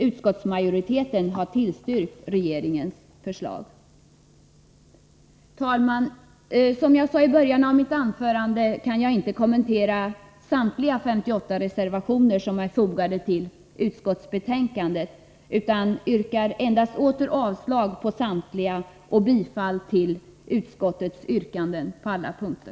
Utskottsmajoriteten har tillstyrkt regeringens förslag. Herr talman! Som jag sade i början av mitt anförande, kan jag inte kommentera samtliga 58 reservationer som är fogade till utskottsbetänkandet, utan yrkar endast åter avslag på samtliga reservationer och bifall till utskottets hemställan på samtliga punkter.